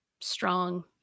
strong